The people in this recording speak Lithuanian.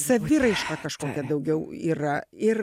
saviraiška kažkokia daugiau yra ir